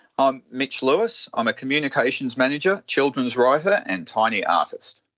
i'm mitch lewis. i'm a communications manager, children's writer and tiny artist.